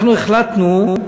אנחנו החלטנו,